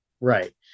Right